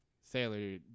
sailor